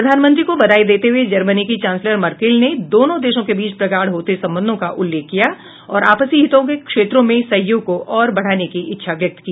प्रधानमंत्री को बधाई देते हुए जर्मनी की चांसलर मर्केल ने दोनों देशों के बीच प्रगाढ होते संबंधों का उल्लेख किया और आपसी हितों के क्षेत्रों में सहयोग को और बढ़ाने की इच्छा व्यक्त की